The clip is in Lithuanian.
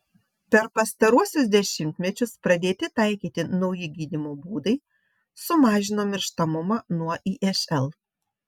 per pastaruosius dešimtmečius pradėti taikyti nauji gydymo būdai sumažino mirštamumą nuo išl